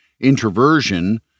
introversion